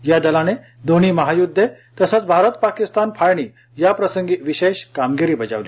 या दलाने दोन्ही महायुद्धे तसंच भारत पाकिस्तान फाळणी याप्रसंगी विशेष कामगिरी बजावली